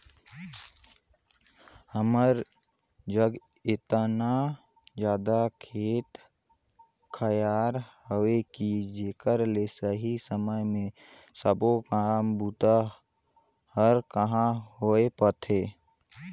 हमर जघा एतना जादा खेत खायर हवे कि जेकर ले सही समय मे सबो काम बूता हर कहाँ होए पाथे